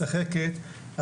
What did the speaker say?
משחקת,